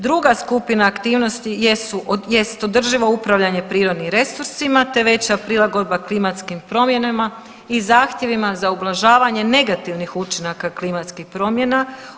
Druga skupina aktivnosti jesu, jest održivo upravljanje prirodnim resursima te veća prilagodba klimatskim promjenama i zahtjevima za ublažavanje negativnih učinaka klimatskih promjena.